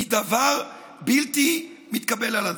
היא דבר בלתי מתקבל על הדעת.